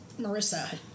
Marissa